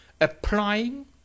applying